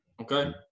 Okay